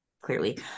clearly